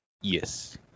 Yes